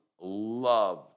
love